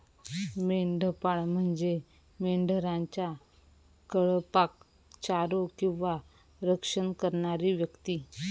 मेंढपाळ म्हणजे मेंढरांच्या कळपाक चारो किंवा रक्षण करणारी व्यक्ती